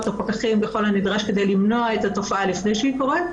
כדי למנוע את התופעה לפני שהיא קורית,